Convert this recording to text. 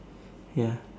ya